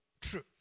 truth